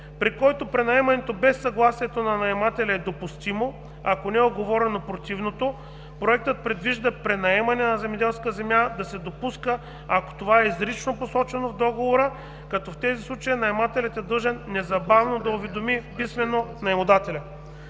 при който пренаемането без съгласието на наемодателя е допустимо, ако не е уговорено противното, Проектът предвижда пренаемане на земеделска земя да се допуска, ако това е изрично посочено в договора, като в тези случаи наемателят е длъжен незабавно да уведоми писмено наемодателя.